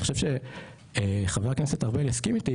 ואני חושב שחבר הכנסת ארבל יסכים איתי,